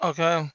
Okay